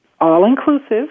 all-inclusive